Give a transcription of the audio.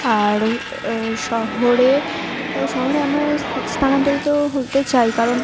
আর শহরে শহরে আমরা স্থানান্তরিত হতে চাই কারণ